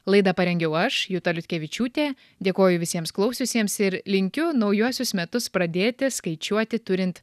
laidą parengiau aš juta liutkevičiūtė dėkoju visiems klausiusiems ir linkiu naujuosius metus pradėti skaičiuoti turint